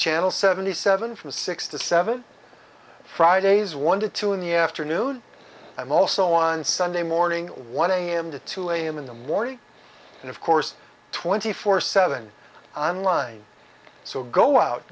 channel seventy seven from six to seven fridays one to two in the afternoon and also on sunday morning one am to two am in the morning and of course twenty four seven on line so go out